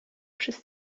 przez